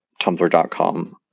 tumblr.com